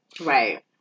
right